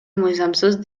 мыйзамсыз